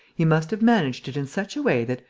he must have managed in such a way that,